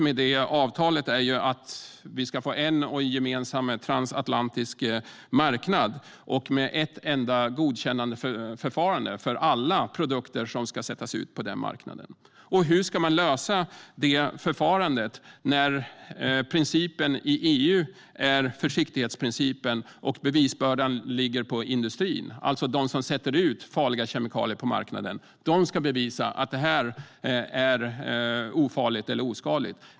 Syftet med avtalet är att vi ska få en gemensam transatlantisk marknad med ett enda godkännandeförfarande för alla produkter som ska sättas ut på denna marknad. Hur ska man lösa detta förfarande? Principen i EU är försiktighetsprincipen. Bevisbördan ligger på industrin, det vill säga att de som släpper ut farliga kemikalier på marknaden ska bevisa att det är ofarligt eller oskadligt.